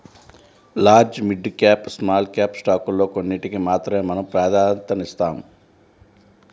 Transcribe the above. large, mid cap, small cap స్టాకుల్లో కొన్నిటికి మాత్రమే మనం ప్రాధన్యతనిస్తాం